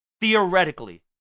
Theoretically